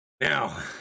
Now